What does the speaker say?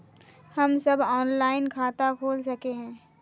हम सब ऑनलाइन खाता खोल सके है?